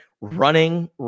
running